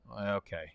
Okay